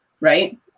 right